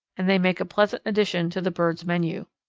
and they make a pleasant addition to the birds' menu.